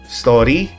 story